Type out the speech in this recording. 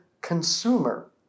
consumer